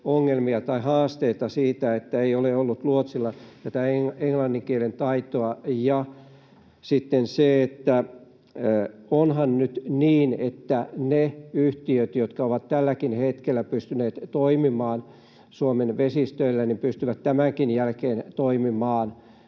ongelmia tai haasteita siitä, että ei ole ollut luotsilla tätä englannin kielen taitoa? Ja sitten: onhan nyt niin, että ne yhtiöt, jotka ovat tälläkin hetkellä pystyneet toimimaan Suomen vesistöillä, pystyvät tämänkin jälkeen toimimaan